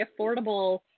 affordable